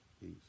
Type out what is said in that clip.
Peace